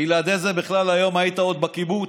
בלעדי זה בכלל היום היית עוד בקיבוץ.